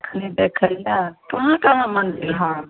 अपने देखय होएत कहाँ कहाँ मन्दिल हए